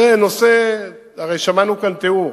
זה נושא, הרי שמענו כאן תיאור.